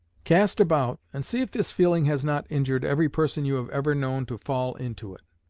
cast about and see if this feeling has not injured every person you have ever known to fall into it.